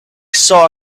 saw